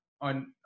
on